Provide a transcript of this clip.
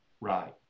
right